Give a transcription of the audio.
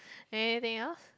anything else